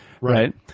right